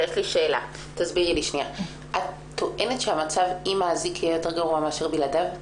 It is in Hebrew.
את טוענת שהמצב עם האזיק יהיה יותר גרוע מאשר בלעדיו?